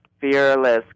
fearless